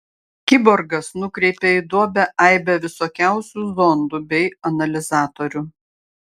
kiborgas nukreipė į duobę aibę visokiausių zondų bei analizatorių